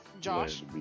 josh